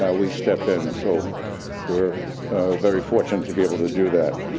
ah we step in, so we're very fortunate to be able to do that.